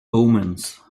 omens